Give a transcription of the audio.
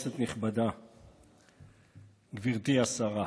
זרימת הדלק לרצועה התחילה במסגרת הסכם הפסקת אש עם